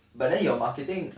but then your marketing